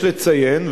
יש לציין,